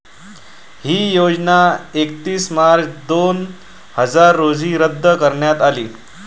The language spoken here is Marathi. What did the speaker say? ही योजना एकतीस मार्च दोन हजार रोजी रद्द करण्यात आली